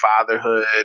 fatherhood